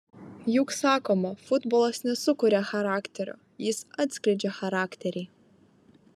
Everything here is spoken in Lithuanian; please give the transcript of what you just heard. juk sakoma futbolas nesukuria charakterio jis atskleidžia charakterį